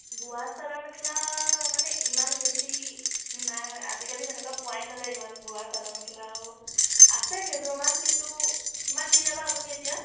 বোৱা চাদৰ মেখেলা মানে ইমান বেছি নাই মানে আজিকালি তেনেকুৱা পোৱাই নাযায় ইমান বোৱা চাদৰ মেখেলাও আছে কেইযোৰমান কিন্তু কিমান কিনে বা আপুনি এতিয়া